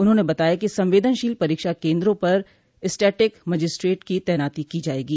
उन्होंने बताया कि संवेदनशील परीक्षा केन्द्रों पर स्टेटिक मजिस्ट्रेट की तैनाती की जायेगी